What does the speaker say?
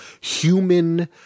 human